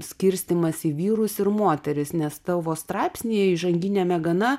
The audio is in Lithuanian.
skirstymas į vyrus ir moteris nes tavo straipsnyje įžanginiame gana